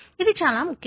అది చాలా ముఖ్యం